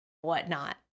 whatnot